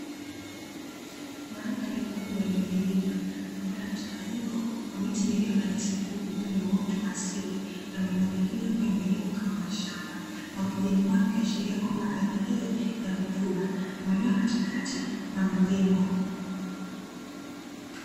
Madhari kubwa yenye vilima, ambayo ina mchanganyiko wa miti mirefu na nyasi fupi ambazo ni uoto wa asili, na maeneo mengine ambayo yamelimwa kama mashamba na ukijani wake, ukiashiria kwamba ardhi hiyo ina rutuba, na maeneo ya katikati kuna majengo.